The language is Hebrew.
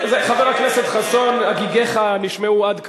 חבר הכנסת חסון, הגיגיך נשמעו עד כאן.